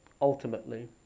Ultimately